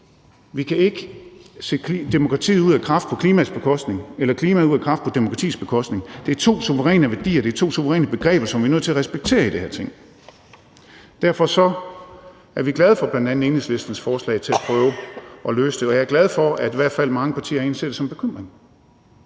Vi kan ikke sætte demokratiet ud af kraft på klimaets bekostning eller sætte klimaet ud af kraft på demokratiets bekostning, for det er to suveræne værdier, det er to suveræne begreber, som vi er nødt til at respektere i det her Ting. Derfor er vi glade for bl.a. Enhedslistens forslag til at prøve at løse det, og jeg er glad for, at mange partier i hvert fald ser det som en bekymring.